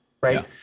right